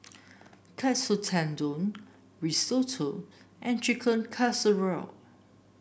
Katsu Tendon Risotto and Chicken Casserole